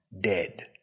dead